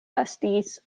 estis